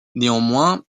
néanmoins